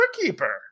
Keeper